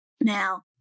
Now